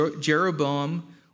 Jeroboam